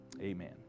Amen